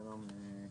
שלום.